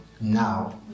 now